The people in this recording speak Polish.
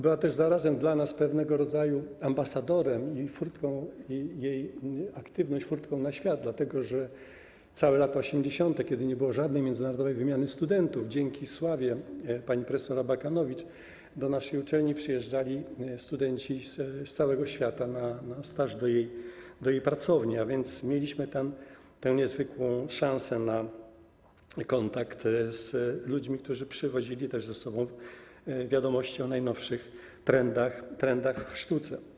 Była też zarazem dla nas pewnego rodzaju ambasadorem, a jej aktywność furtką na świat, dlatego że całe lata 80., kiedy nie było żadnej międzynarodowej wymiany studentów, dzięki sławie pani prof. Abakanowicz do naszej uczelni przyjeżdżali studenci z całego świata na staż do jej pracowni, a więc mieliśmy tę niezwykłą szansę na kontakt z ludźmi, którzy przywozili też ze sobą wiadomości o najnowszych trendach w sztuce.